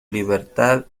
libertad